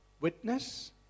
witness